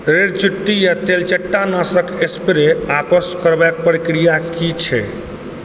red चिट्टी आओर तेलचट्टा नाशक स्प्रे वापस करबाके प्रक्रिया की छै